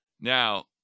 Now